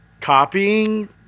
copying